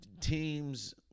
teams